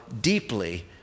deeply